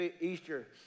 Easter